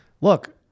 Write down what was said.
Look